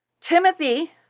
Timothy